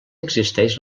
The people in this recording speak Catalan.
existeix